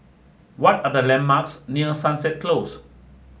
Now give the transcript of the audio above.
what are the landmarks near Sunset Close